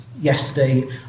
Yesterday